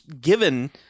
given